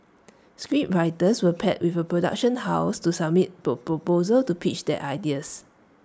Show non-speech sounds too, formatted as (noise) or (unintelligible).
scriptwriters were paired with A production house to submit (unintelligible) proposal to pitch their ideas